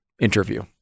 interview